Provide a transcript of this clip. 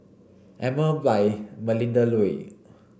Emel by Melinda Looi